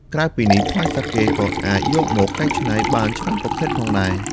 ក្រៅពីនេះ ផ្លែសាកេក៏អាចយកមកកែច្នៃបានច្រើនប្រភេទផងដែរ។